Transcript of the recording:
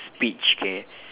speech okay